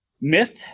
Myth